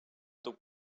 tub